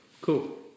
cool